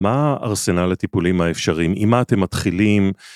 מה ארסנל הטיפולים האפשריים? עם מה אתם מתחילים?